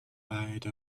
side